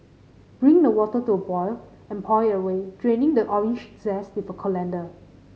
bring the water to a boil and pour it away draining the orange zest with a colander